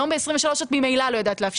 היום ב-23' את ממילא לא יודעת להפשיר.